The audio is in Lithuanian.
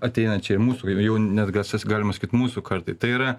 ateinančiai mūsų ir jau net gasas galima sakyt mūsų kartai tai yra